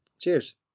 Cheers